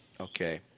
Okay